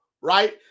right